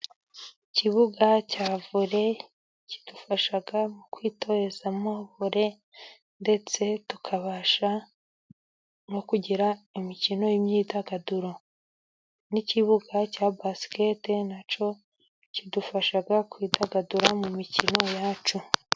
Ikibuga cya vore kidufasha mu kwitorezamo vore ndetse tukabasha no kugira imikino y'imyidagaduro, n'ikibuga cya basiketi na cyo kidufasha kwidagadura mu mikino yacu.